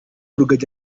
rugagi